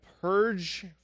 purge